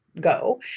go